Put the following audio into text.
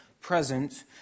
present